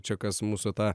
čia kas mūsų tą